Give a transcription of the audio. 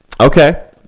Okay